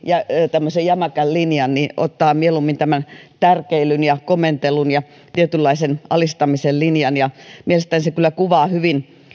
tämmöisen jämäkän linjan ottaa tämän tärkeilyn ja komentelun ja tietynlaisen alistamisen linjan mielestäni se kyllä kuvaa hyvin